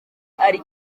ari